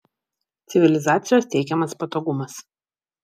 civilizacijos teikiamas patogumas